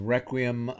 Requiem